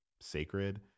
sacred